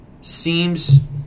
seems